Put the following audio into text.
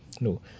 No